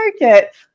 market